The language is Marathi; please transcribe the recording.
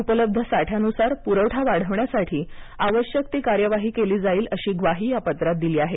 उपलब्ध साठ्यानुसार पुरवठा वाढवण्यासाठी आवश्यक ती कार्यवाही केली जाईल अशी ग्वाही या पत्रात दिली आहे